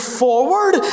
forward